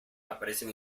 aparecen